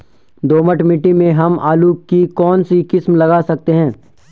दोमट मिट्टी में हम आलू की कौन सी किस्म लगा सकते हैं?